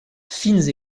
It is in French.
fines